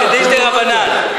קדיש דרבנן.